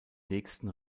nächsten